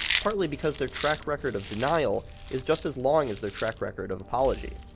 partly because their track record of denial is just as long as their track record of apology.